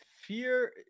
fear